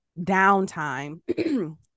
downtime